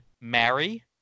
Marry